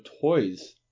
toys